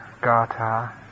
Gata